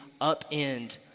upend